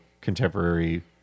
Contemporary